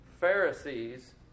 Pharisees